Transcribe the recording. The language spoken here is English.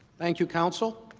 thank you counsel